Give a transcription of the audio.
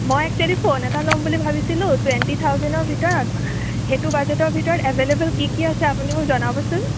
মই actually phone এটা ল'ম বুলি ভাবিছিলোঁ টুৱেণ্টি থাউজেণ্ডৰ ভিতৰত সেইটো বাজেটৰ ভিতৰত এভে'লবল কি কি আছে আপুনি মোক জনাবচোন